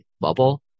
bubble